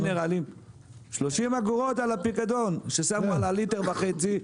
30 אגורות על הפיקדון ששמו על הליטר וחצי.